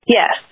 yes